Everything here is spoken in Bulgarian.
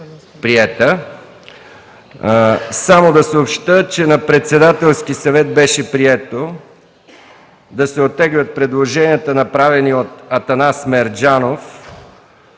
МИКОВ: Само да съобщя, че на Председателския съвет беше прието да се оттеглят предложенията: направеното от Атанас Мерджанов